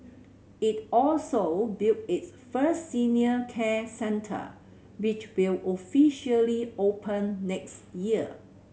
it also built its first senior care centre which will officially open next year